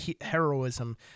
heroism